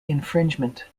infringement